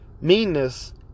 meanness